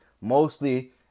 mostly